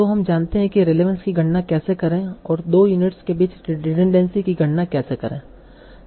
तो हम जानते हैं कि रेलेवंस की गणना कैसे करें और 2 यूनिट्स के बीच रिडनड़ेंसी की गणना कैसे करें